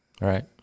Right